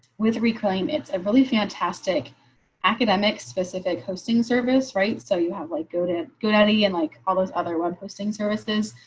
with reclaim it's really fantastic academics specific hosting service, right. so you have, like, go to godaddy and like all those other web hosting services.